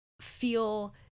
feel